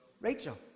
Rachel